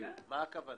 מה הכוונה?